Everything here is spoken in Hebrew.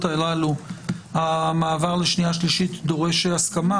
הללו המעבר לקריאה השנייה והקריאה השלישית דורש הסכמה